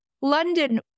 London